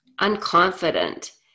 unconfident